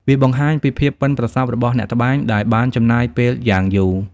វាបង្ហាញពីភាពប៉ិនប្រសប់របស់អ្នកត្បាញដែលបានចំណាយពេលយ៉ាងយូរ។